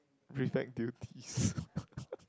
prefect duties